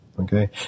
Okay